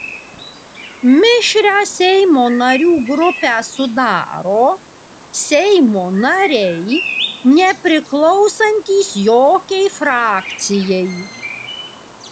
mišrią seimo narių grupę sudaro seimo nariai nepriklausantys jokiai frakcijai